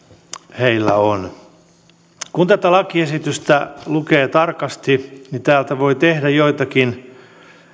heillä on kun tätä lakiesitystä lukee tarkasti täältä voi tehdä joitakin